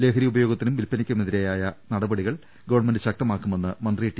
ലഹരി ഉപയോഗത്തിനും വിൽപ്പനയ്ക്കു മെതിരായ നടപടികൾ ഗവൺമെന്റ് ശക്തമാക്കുമെന്ന് മന്ത്രി ടി